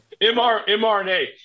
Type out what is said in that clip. mRNA